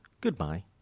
goodbye